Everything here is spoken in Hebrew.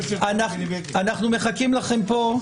אנחנו מחכים לכם פה.